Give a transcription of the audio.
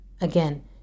again